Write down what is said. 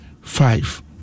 five